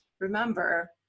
remember